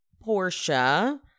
Portia